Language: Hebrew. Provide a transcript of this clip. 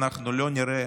אנחנו לא נראה